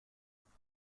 باشیم